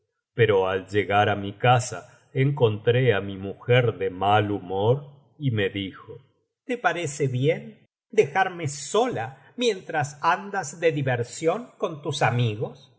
esposapero al llegar á mi casa encontré á mi mujer de mal humor y me dijo te parece bien dejarme sola mientras anclas de diversión con tus amigos